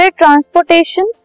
transportation